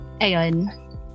Ayon